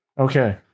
Okay